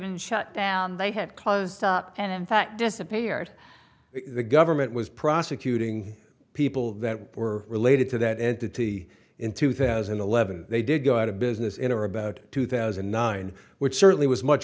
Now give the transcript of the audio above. haven't shut down they have closed and in fact disappeared the government was prosecuting people that were related to that entity in two thousand and eleven they did go out of business in or about two thousand and nine which certainly was much